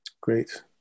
Great